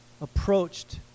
approached